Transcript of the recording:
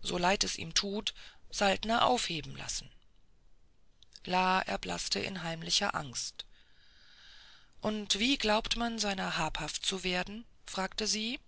so leid es ihm tut saltner aufheben lassen la erblaßte in heimlicher angst und wie glaubt man seiner habhaft zu werden fragte sie